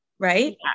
Right